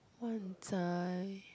Wan Zai